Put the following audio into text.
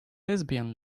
lesbian